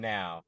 Now